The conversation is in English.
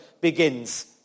begins